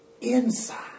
inside